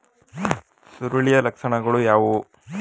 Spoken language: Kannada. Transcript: ಸುರುಳಿಯ ಲಕ್ಷಣಗಳು ಯಾವುವು?